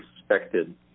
expected